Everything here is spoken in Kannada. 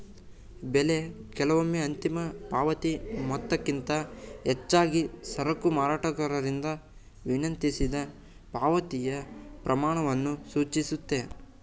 ಬೆಲೆ ಕೆಲವೊಮ್ಮೆ ಅಂತಿಮ ಪಾವತಿ ಮೊತ್ತಕ್ಕಿಂತ ಹೆಚ್ಚಾಗಿ ಸರಕು ಮಾರಾಟಗಾರರಿಂದ ವಿನಂತಿಸಿದ ಪಾವತಿಯ ಪ್ರಮಾಣವನ್ನು ಸೂಚಿಸುತ್ತೆ